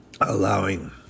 allowing